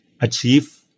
achieve